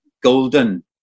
golden